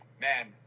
man